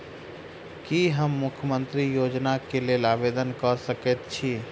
की हम मुख्यमंत्री योजना केँ लेल आवेदन कऽ सकैत छी?